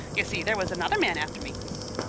y'see, there was another man after me.